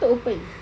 how to open